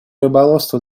рыболовство